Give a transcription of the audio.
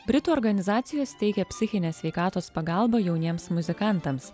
britų organizacijos teikia psichinės sveikatos pagalbą jauniems muzikantams